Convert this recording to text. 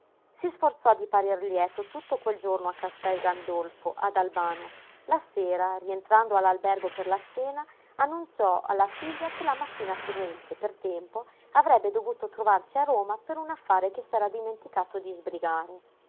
si sforzò di parer lieto tutto quel giorno a castel gandolfo ad albano la sera rientrando all'albergo per la cena annunziò alla figlia che la mattina seguente per tempo avrebbe dovuto trovarsi a roma per un affare che s'era dimenticato di sbrigare